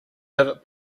pivot